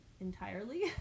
entirely